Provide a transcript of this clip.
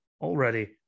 already